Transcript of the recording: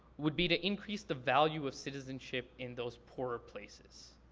would be to increase the value of citizenship in those poorer places.